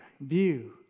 view